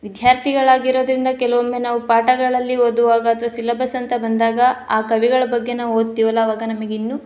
ವಿದ್ಯಾರ್ಥಿಗಳ್ ಆಗಿರೋದ್ರಿಂದ ಕೆಲವೊಮ್ಮೆ ನಾವು ಪಾಠಗಳಲ್ಲಿ ಓದುವಾಗ ಅಥ್ವ ಸಿಲಬಸ್ ಅಂತ ಬಂದಾಗ ಆ ಕವಿಗಳು ಬಗ್ಗೆ ನಾವು ಓದ್ತಿವಲ್ಲ ಆವಾಗ ನಮಗ್ ಇನ್ನು